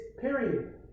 period